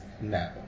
no